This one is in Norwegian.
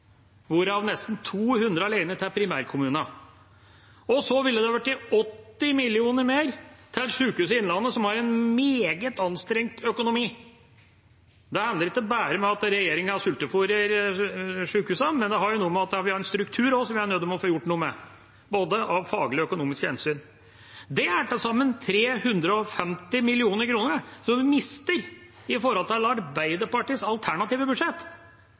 hvorav nesten 200 mill. kr til primærkommunene. Så ville det vært 80 mill. kr mer til Sykehuset Innlandet, som har en meget anstrengt økonomi. Det handler ikke bare om at regjeringa sultefôrer sykehusene, men det har også noe å gjøre med at vi har en struktur som vi er nødt til å få gjort noe med, av både faglige og økonomiske hensyn. Dette er til sammen 350 mill. kr som vi mister, i forhold til hva vi ville fått med Arbeiderpartiets alternative budsjett.